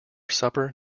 supper